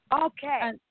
Okay